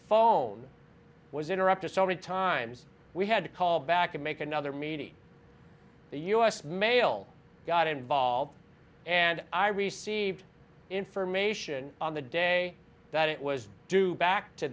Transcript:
phone was interrupted so many times we had to call back and make another meeting the u s mail got involved and i received information on the day that it was due back to